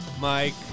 Mike